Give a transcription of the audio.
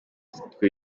umutwe